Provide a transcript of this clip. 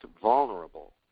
vulnerable